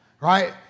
right